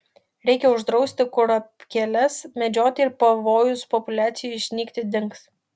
reikia uždrausti kurapkėles medžioti ir pavojus populiacijai išnykti dings